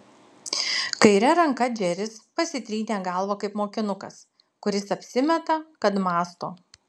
kaire ranka džeris pasitrynė galvą kaip mokinukas kuris apsimeta kad mąsto